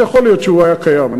שיכול להיות שהיה קיים,